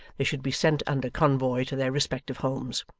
they should be sent under convoy to their respective homes.